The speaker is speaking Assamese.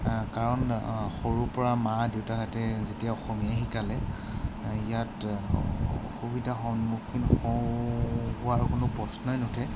কাৰণ সৰুৰপৰা মা দেউতাহঁতে যেতিয়া অসমীয়াই শিকালে ইয়াত অসুবিধাৰ সন্মুখীন হওঁ হোৱাৰ কোনো প্ৰশ্নই নুঠে